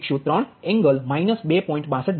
0103 angle minus 2